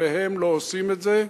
והם לא עושים את זה,